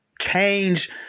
Change